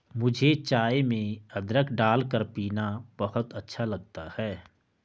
मुझे चाय में अदरक डालकर पीना बहुत अच्छा लगता है